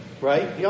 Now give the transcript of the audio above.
Right